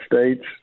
States